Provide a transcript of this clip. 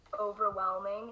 overwhelming